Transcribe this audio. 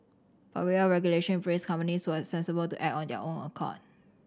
but without regulation in place companies were sensible to act on their own accord